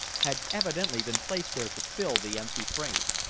had evidently been placed there to fill the empty frame.